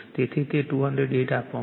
તેથી તે 208 આપવામાં આવ્યું છે